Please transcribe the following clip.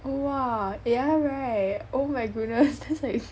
oh !wah! eh yeah right oh my goodness that's like